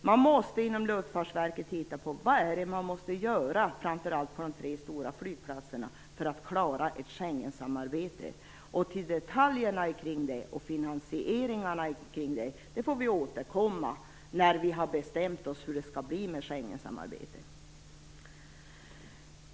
Man måste inom Luftfartsverket se över vad man måste göra, framför allt vid de tre stora flygplatserna, för att klara ett Schengensamarbete. Till detaljerna och finansieringarna kring detta får vi återkomma när det är bestämt hur det skall bli med Schengensamarbetet.